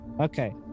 Okay